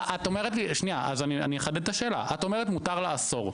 אני אחדד את השאלה, את אומרת מותר לאסור.